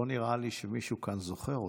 לא נראה לי שמישהו כאן זוכר אותם.